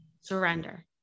surrender